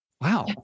Wow